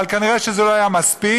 אבל כנראה זה לא היה מספיק,